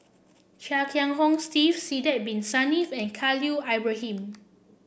Chia Kiah Hong Steve Sidek Bin Saniff and Khalil Ibrahim